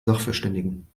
sachverständigen